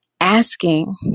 asking